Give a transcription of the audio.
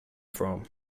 from